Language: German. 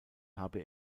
habe